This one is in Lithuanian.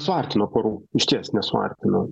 nesuartino porų išties nesuartino